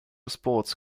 sports